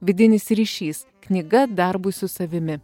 vidinis ryšys knyga darbui su savimi